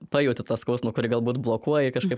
pajauti tą skausmą kurį galbūt blokuoji kažkaip